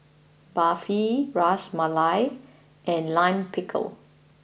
Barfi Ras Malai and Lime Pickle